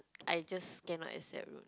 I just cannot accept